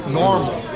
normal